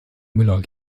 müller